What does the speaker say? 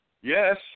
yes